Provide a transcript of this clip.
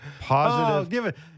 Positive